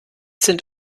sind